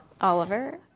Oliver